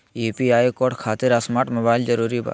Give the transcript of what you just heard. UPI code खातिर smart mobile जरूरी बा?